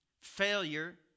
failure